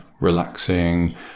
relaxing